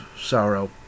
sorrow